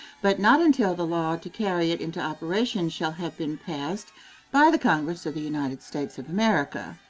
but not until the law to carry it into operation shall have been passed by the congress of the united states of america.